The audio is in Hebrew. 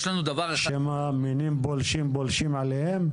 יש לנו דבר אחד --- שמא המינים הפולשים פולשים אליהם?